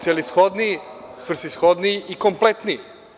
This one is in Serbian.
Celishodnije, svrsishodniji i kompletniji.